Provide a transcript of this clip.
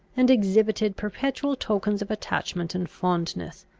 and exhibited perpetual tokens of attachment and fondness.